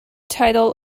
title